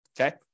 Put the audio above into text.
Okay